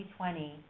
2020